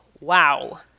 wow